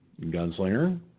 Gunslinger